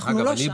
אנחנו לא שם.